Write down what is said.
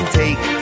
take